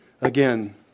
Again